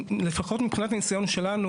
לפחות מבחינת הניסיון שלנו,